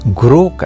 grow